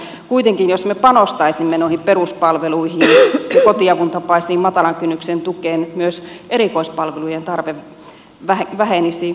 ja kuitenkin jos me panostaisimme noihin peruspalveluihin ja kotiavun tapaisiin matalan kynnyksen tukiin myös erikoispalvelujen tarve vähenisi